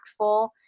impactful